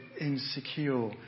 insecure